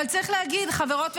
אבל צריך להגיד, חברות וחברים,